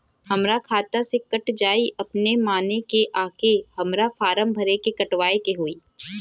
हमरा खाता से कट जायी अपने माने की आके हमरा फारम भर के कटवाए के होई?